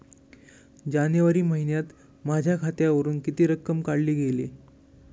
जानेवारी महिन्यात माझ्या खात्यावरुन किती रक्कम काढली गेली?